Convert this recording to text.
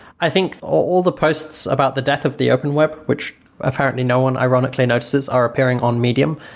i think all the posts about the death of the open web, which apparently no one ironically notices are appearing on medium.